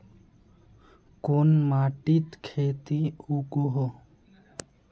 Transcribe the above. कोन माटित खेती उगोहो?